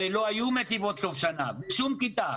הרי לא היו מסיבות סוף שנה בשום כיתה.